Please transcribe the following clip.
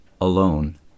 alone